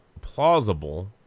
plausible